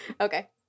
Okay